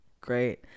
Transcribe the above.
Great